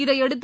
இதையடுத்து